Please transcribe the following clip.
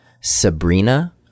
Sabrina